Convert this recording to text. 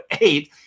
eight